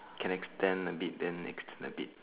can extend a bit then extend a bit